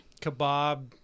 kebab